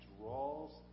draws